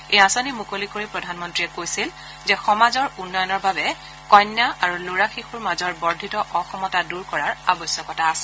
এই আঁচনি মুকলি কৰি প্ৰধানমন্ত্ৰীয়ে কৈছিল যে সমাজৰ উন্নয়নৰ বাবে কন্যা আৰু লৰা শিশুৰ মাজৰ বৰ্ধিত অসমতা দূৰ কৰাৰ আৱশ্যকতা আছে